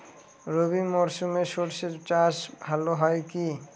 রবি মরশুমে সর্ষে চাস ভালো হয় কি?